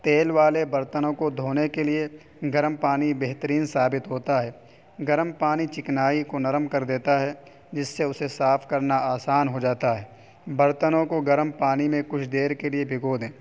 تیل والے برتنوں کو دھونے کے لیے گرم پانی بہترین ثابت ہوتا ہے گرم پانی چکنائی کو نرم کر دیتا ہے جس سے اسے صاف کرنا آسان ہو جاتا ہے برتنوں کو گرم پانی میں کچھ دیر کے لیے بھگو دیں